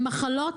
במחלות,